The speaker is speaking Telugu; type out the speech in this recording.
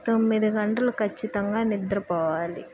తొమ్మిది గంటలు ఖచ్చితంగా నిద్రపోవాలి